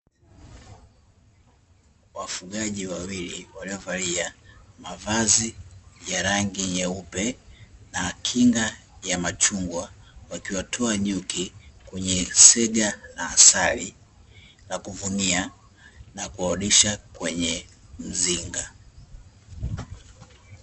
Wafugaji wawili waliovalia mavazi ya rangi nyeupe na kinga ya machungwa, wakiwatoa nyuki kwenye sega la asali la kuvunia na kuwarudisha kwenye mzinga.